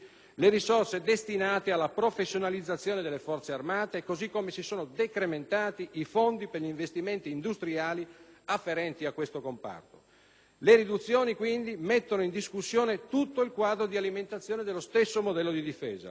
le risorse destinate alla professionalizzazione delle Forze armate, così come si sono decrementati i fondi per gli investimenti industriali afferenti a questo comparto. Le riduzioni mettono quindi in discussione tutto il quadro di alimentazione dello stesso modello di difesa.